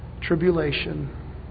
Tribulation